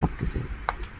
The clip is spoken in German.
abgesehen